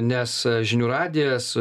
nes žinių radijas